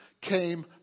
came